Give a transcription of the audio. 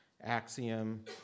axiom